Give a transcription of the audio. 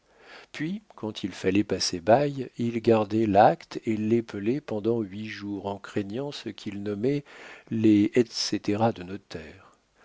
puis quand il fallait passer bail il gardait l'acte et l'épelait pendant huit jours en craignant ce qu'il nommait les et cætera de